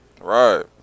Right